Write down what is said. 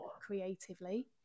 creatively